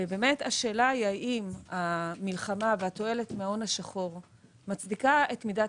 השאלה היא האם המלחמה והתועלת מההון השחור מצדיקה את מידת